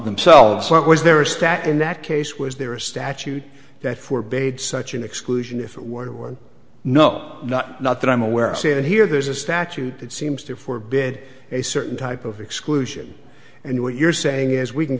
themselves what was their stat in that case was there a statute that for bade such an exclusion if it were no not not that i'm aware of say that here there's a statute that seems to for bid a certain type of exclusion and what you're saying is we can